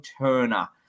turner